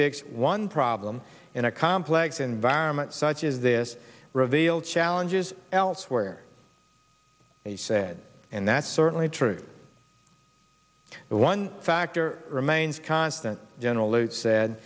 one problem in a complex environment such as this reveal challenges elsewhere he said and that's certainly true but one factor remains constant general lute said